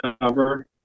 cover